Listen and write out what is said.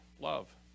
Love